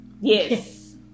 Yes